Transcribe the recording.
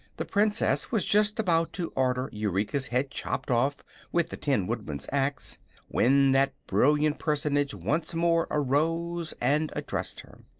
the princess was just about to order eureka's head chopped off with the tin woodman's axe when that brilliant personage once more arose and addressed her.